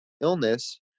illness